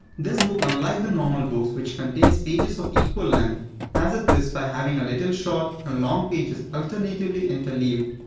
this book unlike the normal books which contains pages of equal length has a twist by having a little short and long pages alternatively interleaved.